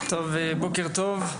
בוקר טוב,